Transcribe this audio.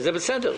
וזה בסדר.